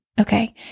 Okay